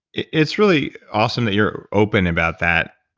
it's really awesome that you're open about that.